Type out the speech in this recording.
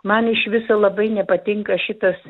man iš viso labai nepatinka šitas